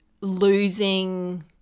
losing